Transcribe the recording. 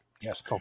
Yes